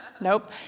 Nope